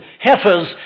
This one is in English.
heifers